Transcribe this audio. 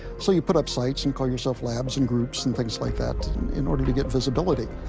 so you put up sites and call yourself labs and groups and things like that in order to get visibility.